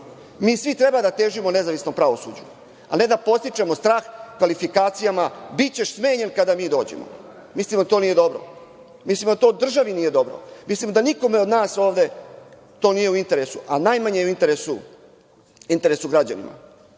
Mi svi treba da težimo nezavisnom pravosuđu, a ne da podstičemo strah kvalifikacijama – bićeš smenjen kada mi dođemo. Mislim da to nije dobro. Mislim da to državi nije dobro. Mislim da nikome od nas ovde to nije u interesu, a najmanje je u interesu građana.